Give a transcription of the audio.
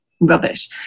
rubbish